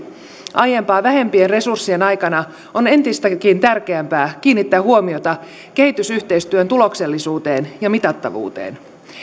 aiempaa vähempien resurssien aikana on entistäkin tärkeämpää kiinnittää huomiota kehitysyhteistyön tuloksellisuuteen ja mitattavuuteen